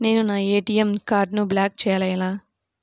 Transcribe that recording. నేను నా ఏ.టీ.ఎం కార్డ్ను బ్లాక్ చేయాలి ఎలా?